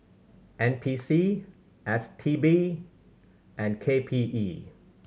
N P C S T B and K P E